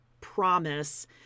promise